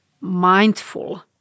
mindful